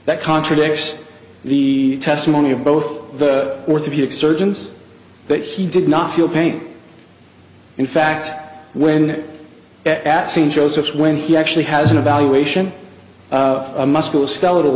contradicts the testimony of both the orthopedic surgeons that he did not feel pain in fact when at st joseph's when he actually has an evaluation of a muscular skeletal